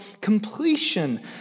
completion